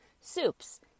Soups